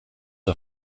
are